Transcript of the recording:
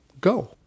go